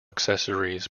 accessories